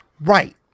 Right